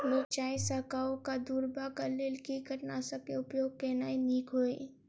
मिरचाई सँ कवक दूर करबाक लेल केँ कीटनासक केँ उपयोग केनाइ नीक होइत?